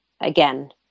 again